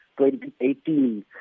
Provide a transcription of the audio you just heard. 2018